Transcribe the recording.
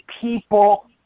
people